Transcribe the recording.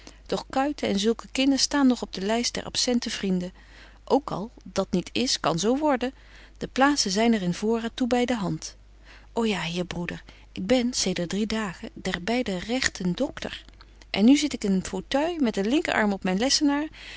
doch kuiten en zulke kinnen staan nog op den lyst der absente vrienden ook al dat niet is kan zo worden de plaatzen zyn er in voorraad toe by de hand ô ja heer broeder ik ben zedert drie dagen der beide rechten doctor en nu zit ik in een fauteuil met den linker arm op myn lessenaar